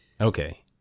Okay